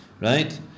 Right